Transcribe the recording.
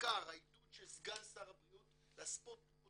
ובעיקר העידוד של סגן שר הבריאות לעשות פה